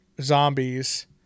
zombies